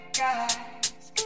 guys